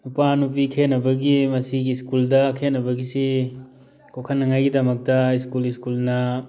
ꯅꯨꯄꯥ ꯅꯨꯄꯤ ꯈꯦꯅꯕꯒꯤ ꯃꯁꯤꯒꯤ ꯏꯁꯀꯨꯜꯗ ꯈꯦꯠꯅꯕꯒꯤꯁꯤ ꯀꯣꯛꯍꯟꯅꯕꯒꯤꯗꯃꯛꯇ ꯏꯁꯀꯨꯜ ꯏꯁꯀꯨꯜꯅ